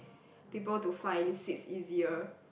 people to find seats easier